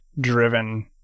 driven